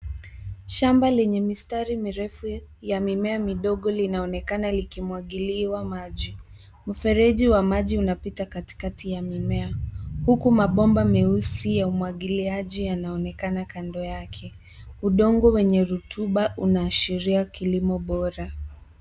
Shamba lenye mistari mirefu ya mimea midogo linaonekana likimwagiliwa maji. Mfereji wa maji unapita katikati ya mimea, huku mabomba meusi ya umwagiliaji yanaonekana kando yake. Udongo wenye rotuba unaashiria kilimo bora.